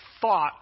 thought